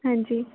ਹਾਂਜੀ